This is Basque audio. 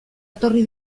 etorri